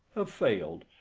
have failed,